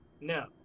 No